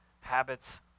habits